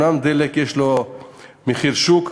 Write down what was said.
אומנם דלק יש לו מחיר שוק,